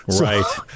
Right